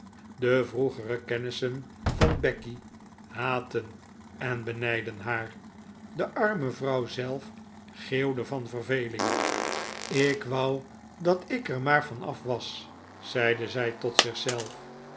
de vroegere kennissen van becky haatten en benijdden haar de arme vrouw zelf geeuwde van verveling ik wou dat ik er maar van af was zeide zij tot